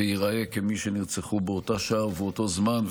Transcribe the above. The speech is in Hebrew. וייראו כמי שנרצחו באותה שעה ובאותו זמן,